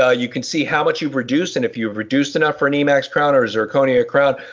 ah you can see how much you've reduced and if you've reduced enough for an emacs crown or zirconia crown.